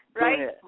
right